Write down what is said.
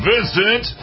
Vincent